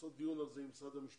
לעשות דיון על זה עם משרד המשפטים.